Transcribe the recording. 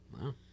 Wow